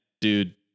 dude